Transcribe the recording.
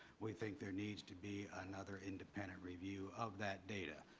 we think there needs to be another independent review of that data.